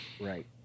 Right